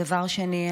דבר שני,